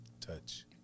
Touch